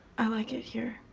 i like it here.